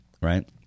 right